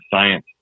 science